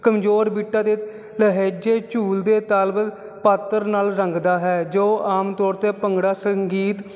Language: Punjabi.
ਕਮਜ਼ੋਰ ਬੀਟਾਂ ਦੇ ਲਹਿਜੇ ਝੂਲਦੇ ਤਾਲਬ ਪਾਤਰ ਨਾਲ ਰੰਗਦਾ ਹੈ ਜੋ ਆਮ ਤੌਰ 'ਤੇ ਭੰਗੜਾ ਸੰਗੀਤ